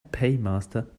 paymaster